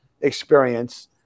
experience